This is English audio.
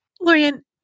Lorian